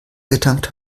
getankt